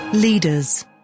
Leaders